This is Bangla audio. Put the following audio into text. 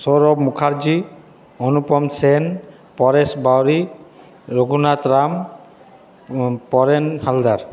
সৌরভ মুখার্জী অনুপম সেন পরেশ বাউরি রঘুনাথ রাম পরেন হালদার